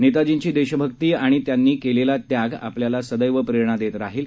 नेताजींची देशभक्ती आणि त्यांनी केलेला त्याग आपल्याला सदैव प्रेरणा देत राहील